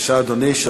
בבקשה, אדוני.